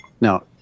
now